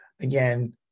again